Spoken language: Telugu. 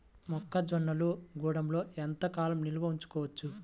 మొక్క జొన్నలు గూడంలో ఎంత కాలం నిల్వ చేసుకోవచ్చు?